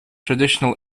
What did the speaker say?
traditional